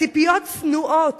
הציפיות צנועות.